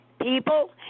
people